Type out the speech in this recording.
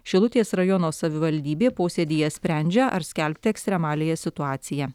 šilutės rajono savivaldybė posėdyje sprendžia ar skelbti ekstremaliąją situaciją